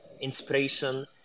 inspiration